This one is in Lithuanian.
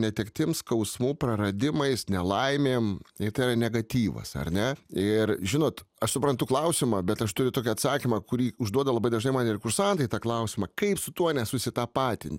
netektim skausmu praradimais nelaimėm ir tai yra negatyvas ar ne ir žinot aš suprantu klausimą bet aš turiu tokį atsakymą kurį užduoda labai dažnai man ir kursantai tą klausimą kaip su tuo nesusitapatint